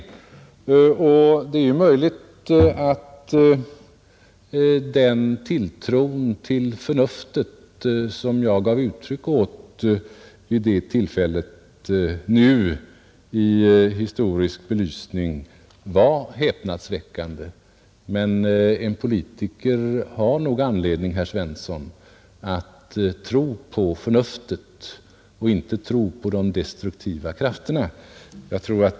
Det är möjligt att den tilltro till förnuftet som jag gav uttryck åt vid det tillfället nu i historisk belysning var häpnadsväckande. Men en politiker har nog anledning, herr Svensson, att tro på förnuftet och inte på de destruktiva krafterna.